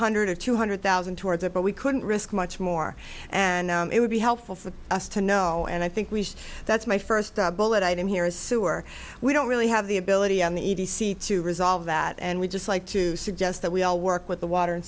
hundred or two hundred thousand towards it but we couldn't risk much more and it would be helpful for us to know and i think we that's my first bullet item here is sewer we don't really have the ability on the e t c to resolve that and we just like to suggest that we'll work with the water and